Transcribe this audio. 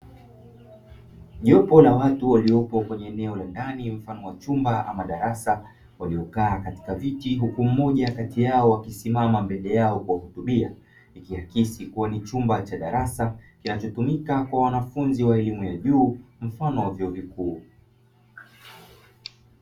Jopo la watu waliopo kwenye eneo la ndani mfano wa chumba ama darasa waliokaa katika viti, huku mmoja kati yao akisimama mbele yao kuwahutubia, ikiakisi kuwa ni chumba cha darasa kinachotumika kwa wanafunzi wa elimu ya juu mfano wa vyuo vikuu.